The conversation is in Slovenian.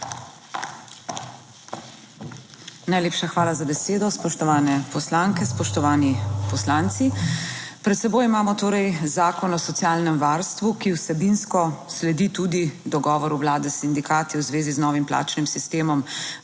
Najlepša hvala za besedo. Spoštovane poslanke, spoštovani poslanci! Pred seboj imamo torej Zakon o socialnem varstvu, ki vsebinsko sledi tudi dogovoru Vlade s sindikati v zvezi z novim plačnim sistemom